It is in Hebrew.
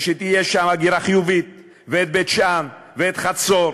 ושתהיה שם הגירה חיובית, ואת בית-שאן ואת חצור